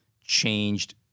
changed